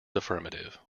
affirmative